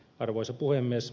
arvoisa puhemies